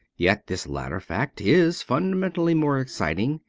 yet this latter fact is fundamentally more exciting,